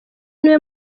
niwe